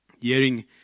hearing